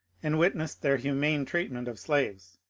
and witnessed their humane treatment of slaves.